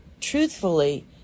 truthfully